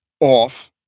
off